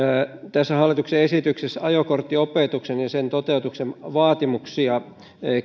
hallituksen esityksessä ajokorttiopetuksen ja sen toteutuksen vaatimuksia